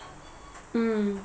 mm